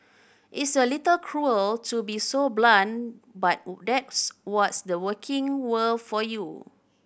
it's a little cruel to be so blunt but text was the working world for you